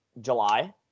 July